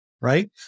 right